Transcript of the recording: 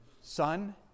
Son